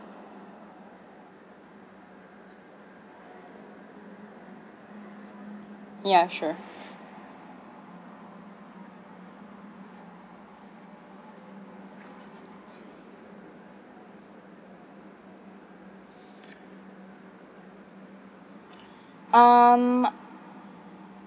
ya sure um